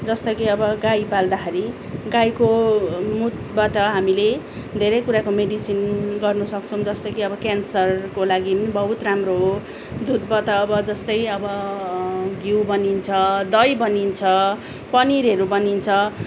जस्तो कि अब गाई पाल्दाखेरि गाईको मुतबाट हामीले धेरै कुराको मेडिसिन गर्नु सक्छौँ जस्तो कि अब क्यानसरको लागि बहुत राम्रो हो दुधबाट अब जस्तै अब घिउ बनिन्छ दही बनिन्छ पनिरहरू बनिन्छ